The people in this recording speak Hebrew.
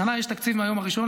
השנה יש תקציב מהיום הראשון,